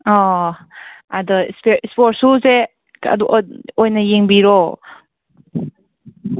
ꯑꯣ ꯑꯗꯣ ꯁ꯭ꯄꯣꯔꯠ ꯁꯨꯖꯦ ꯑꯣꯏꯅ ꯌꯦꯡꯕꯤꯔꯣ